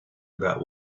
about